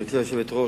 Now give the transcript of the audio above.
גברתי היושבת-ראש,